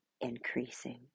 increasing